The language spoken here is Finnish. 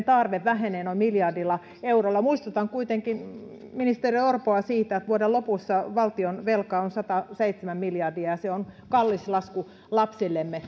tarve vähenee noin miljardilla eurolla muistutan kuitenkin ministeri orpoa siitä että vuoden lopussa valtionvelka on sataseitsemän miljardia se on kallis lasku lapsillemme